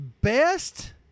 best